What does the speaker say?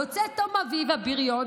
יוצא טום אביב הבריון,